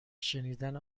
شنیدن